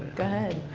good.